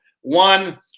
One—